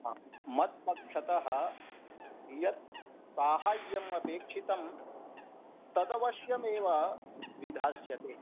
मत्पक्षतः यत् साहाय्यम् अपेक्षितं तदवश्यमेव विधास्यते